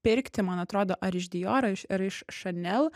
pirkti man atrodo ar iš dior ar iš ar iš chanel